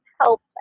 help